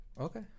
Okay